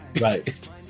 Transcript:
Right